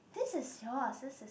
this is yours this is